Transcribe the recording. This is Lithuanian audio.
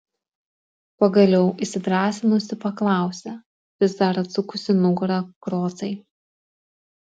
pagaliau įsidrąsinusi paklausė vis dar atsukusi nugarą krocai